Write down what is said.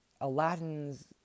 Aladdin's